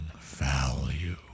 value